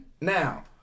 Now